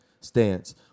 stance